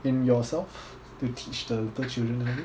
in yourself to teach the little children alvin